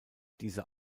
dieser